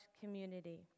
community